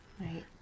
Right